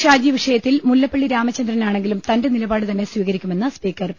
ഷാജി വിഷയത്തിൽ മുല്ലപ്പള്ളി രാമചന്ദ്രനാണെങ്കിലും തന്റെ നിലപാട് തന്നെ സ്വീകരിക്കുമെന്ന് സ്പീക്കർ പി